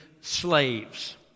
slaves